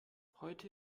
heute